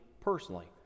personally